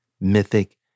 mythic